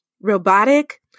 robotic